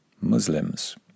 Muslims